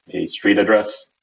a street address.